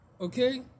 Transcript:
Okay